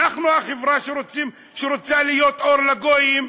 אנחנו חברה שרוצה להיות אור לגויים,